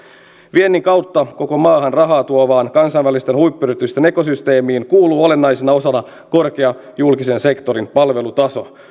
viennin kautta koko maahan rahaa tuovaan kansainvälisten huippuyritysten ekosysteemiin kuuluu olennaisena osana korkea julkisen sektorin palvelutaso